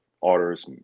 orders